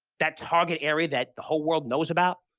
that target area that the whole world knows about,